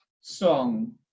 song